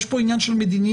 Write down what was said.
יש פה עניין של מדיניות,